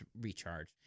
recharge